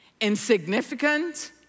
insignificant